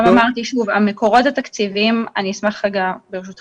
גם לגבי סוגיית המקורות התקציביים, יש